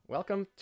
Welcome